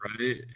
Right